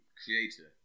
creator